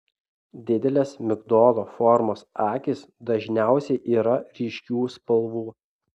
didelės migdolo formos akys dažniausiai yra ryškių spalvų